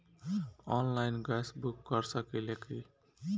Online gas book कर सकिले की?